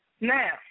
Now